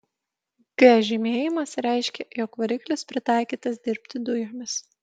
g žymėjimas reiškė jog variklis pritaikytas dirbti dujomis